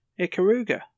Ikaruga